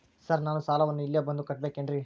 Sir ನಾನು ಸಾಲವನ್ನು ಇಲ್ಲೇ ಬಂದು ಕಟ್ಟಬೇಕೇನ್ರಿ?